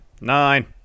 Nine